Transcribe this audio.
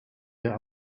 der